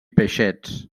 peixets